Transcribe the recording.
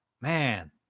Man